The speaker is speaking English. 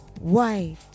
white